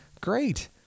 great